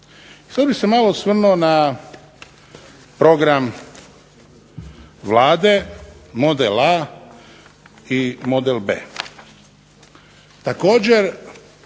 Sada bih se malo osvrnuo na program Vlade Model A. i Model B.